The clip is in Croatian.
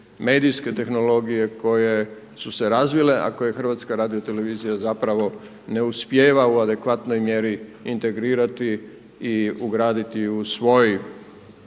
medijske tehnologije koje su se razvile a koje HRT zapravo ne uspijeva u adekvatnoj mjeri integrirati i ugraditi u svoj